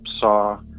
saw